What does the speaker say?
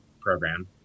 program